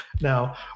Now